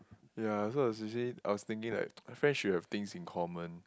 ya so I was actually I was thinking like friends should have things in common